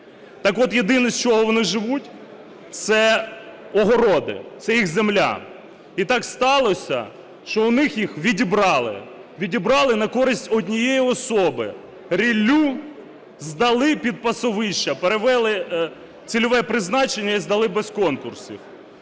Так от єдине, з чого вони живуть, це огороди, це їх земля. І так сталося, що у них їх відібрали. Відібрали на користь однієї особи. Ріллю здали під пасовища, перевели цільове призначення і здали без конкурсів.